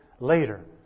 Later